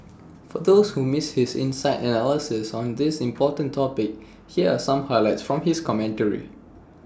for those who missed his insightful analysis on this important topic here are some highlights from his commentary